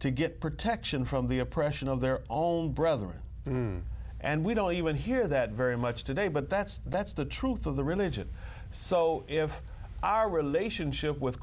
to get protection from the oppression of their own brother and we don't even hear that very much today but that's that's the truth of the religion so if our relationship with